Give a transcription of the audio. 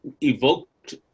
evoked